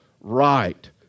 right